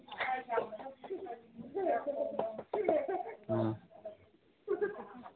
ꯎꯝ